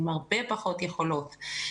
עם הרבה פחות יכולות,